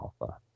Alpha